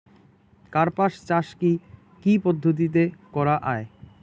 কার্পাস চাষ কী কী পদ্ধতিতে করা য়ায়?